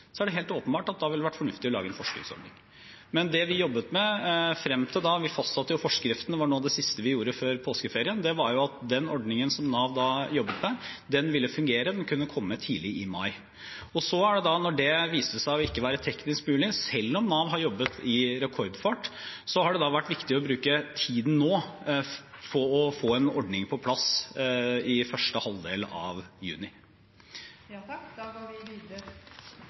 er det helt åpenbart at det ville vært fornuftig å lage en forskuddsordning. Men det vi jobbet ut fra frem til da – vi fastsatte jo forskriften, det var noe av det siste vi gjorde før påskeferien – var at den ordningen som Nav jobbet med, ville fungere, og at den kunne komme tidlig i mai. Når det viste seg å ikke være teknisk mulig, selv om Nav har jobbet i rekordfart, har det nå vært viktig å bruke tiden på å få en ordning på plass i første halvdel av